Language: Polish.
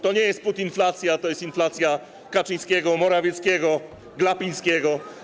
To nie jest putinflacja, to jest inflacja Kaczyńskiego, Morawieckiego, Glapińskiego.